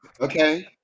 Okay